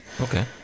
okay